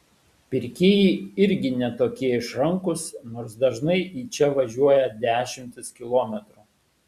pirkėjai irgi ne tokie išrankūs nors dažnai į čia važiuoja dešimtis kilometrų